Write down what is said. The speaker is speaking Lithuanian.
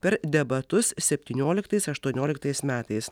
per debatus septynioliktais aštuonioliktais metais